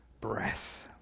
breath